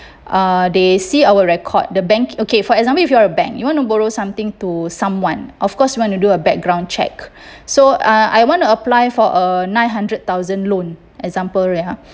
uh they see our record the bank okay for example if you are a bank you want to borrow something to someone of course you want to do a background check so uh I want to apply for a nine hundred thousand loan example right ya